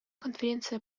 конференция